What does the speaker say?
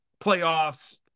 playoffs